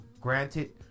granted